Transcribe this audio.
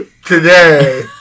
Today